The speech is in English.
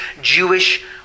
Jewish